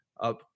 up